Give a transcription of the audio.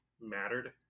mattered